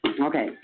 Okay